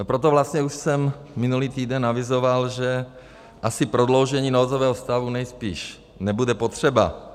Proto vlastně už jsem minulý týden avizoval, že asi prodloužení nouzového stavu nejspíš nebude potřeba.